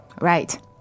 Right